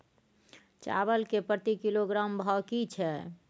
चावल के प्रति किलोग्राम भाव की छै?